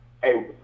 Hey